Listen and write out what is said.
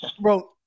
bro